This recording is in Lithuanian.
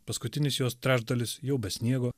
paskutinis jos trečdalis jau be sniego